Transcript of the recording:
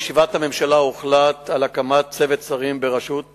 בישיבת הממשלה הוחלט על הקמת צוות שרים בראשות